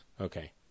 Okay